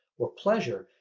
or pleasure.